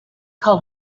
call